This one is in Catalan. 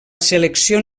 selecció